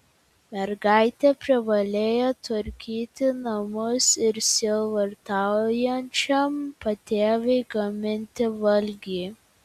mergaitė privalėjo tvarkyti namus ir sielvartaujančiam patėviui gaminti valgį